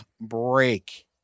break